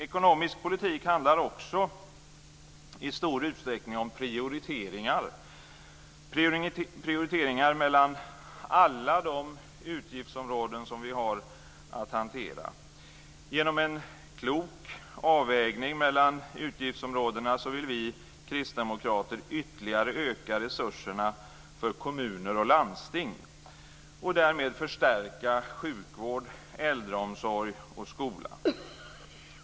Ekonomisk politik handlar också i stor utsträckning om prioriteringar; prioriteringar mellan alla de utgiftsområden som vi har att hantera. Genom en klok avvägning mellan utgiftsområdena vill vi kristdemokrater ytterligare öka resurserna för kommuner och landsting och därmed förstärka sjukvård, äldreomsorg och skola.